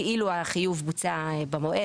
כאילו החיוב בוצע במועד,